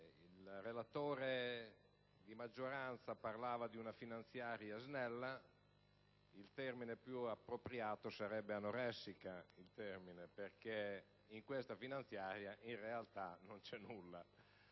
Il relatore di maggioranza parlava di una finanziaria snella: il termine più appropriato sarebbe anoressica, perché in questa finanziaria in realtà non c'è nulla: